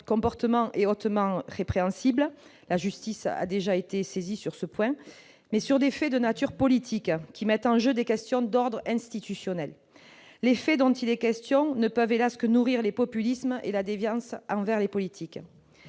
comportement est hautement répréhensible- la justice a été saisie sur ce point -, mais sur des faits de nature politique qui mettent en jeu des questions d'ordre institutionnel. Les faits dont il est question ne peuvent, hélas, que nourrir les populismes et la défiance envers les responsables